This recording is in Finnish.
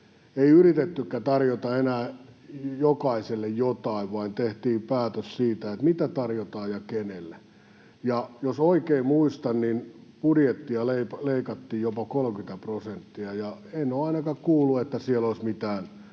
ei yritettykään tarjota enää jokaiselle jotain vaan tehtiin päätös siitä, mitä tarjotaan ja kenelle. Jos oikein muistan, niin budjettia leikattiin jopa 30 prosenttia, ja en ole ainakaan kuullut, että siellä olisi mitään